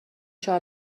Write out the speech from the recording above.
چهار